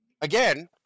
Again